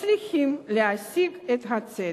מצליחים להשיג את הצדק.